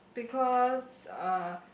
because uh